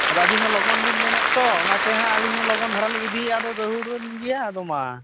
ᱟᱫᱚ ᱟᱵᱤᱱᱦᱚᱸ ᱞᱚᱜᱚᱱᱵᱤᱱ ᱢᱮᱱᱮᱫ ᱫᱚ ᱚᱱᱟᱛᱮᱦᱟᱜ ᱟᱹᱞᱤᱧᱦᱚᱸ ᱞᱚᱜᱚᱱ ᱫᱷᱟᱨᱟᱞᱤᱧ ᱤᱫᱤᱭᱟ ᱟᱫᱚ ᱫᱟᱹᱦᱩᱲᱮᱱ ᱜᱮᱭᱟ ᱟᱫᱚ ᱢᱟ